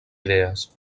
idees